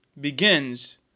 begins